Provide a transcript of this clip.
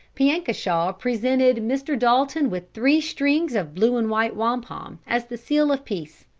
piankashaw presented mr. dalton with three strings of blue and white wampum as the seal of peace.